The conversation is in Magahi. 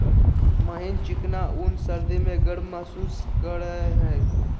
महीन चिकना ऊन सर्दी में गर्म महसूस करेय हइ